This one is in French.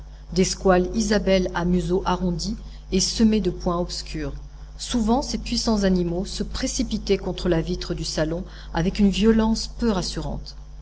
des squales isabelle à museau arrondi et semé de points obscurs souvent ces puissants animaux se précipitaient contre la vitre du salon avec une violence peu rassurante